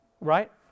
Right